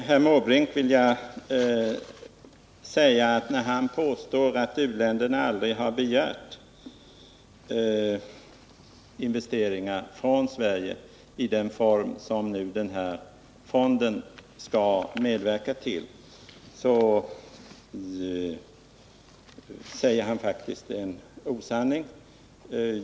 Herr talman! När herr Måbrink påstår att u-länderna aldrig begärt investeringar från Sverige i den form som den här fonden skall medverka till, så säger han faktiskt en osanning.